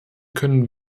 können